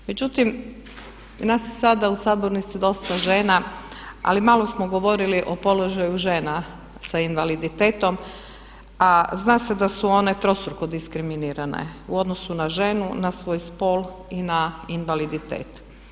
Međutim, nas sada u sabornici je dosta žena ali malo smo govorili o položaju žena sa invaliditetom a zna se da su one trostruko diskriminirane u odnosu na ženu, na svoj spol i na invaliditet.